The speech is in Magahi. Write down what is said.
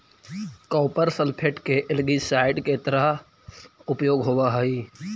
कॉपर सल्फेट के एल्गीसाइड के तरह उपयोग होवऽ हई